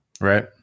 Right